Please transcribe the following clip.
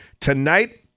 Tonight